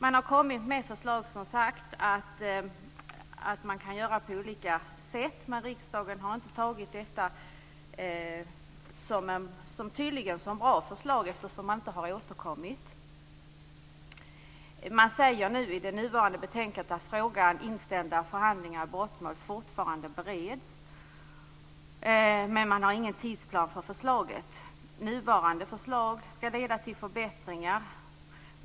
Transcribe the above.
Det har väckts olika förslag om detta, men riksdagen har tydligen inte tyckt att detta har varit några bra förslag, eftersom man inte har återkommit. I betänkandet sägs det att frågan om inställda förhandlingar i brottmål fortfarande bereds men att man inte har någon tidsplan för förslaget. Nuvarande förslag skall leda till förbättringar.